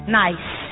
nice